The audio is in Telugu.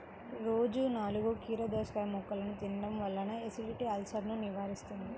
రోజూ నాలుగు కీరదోసముక్కలు తినడం వల్ల ఎసిడిటీ, అల్సర్సను నివారిస్తుంది